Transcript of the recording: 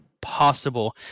possible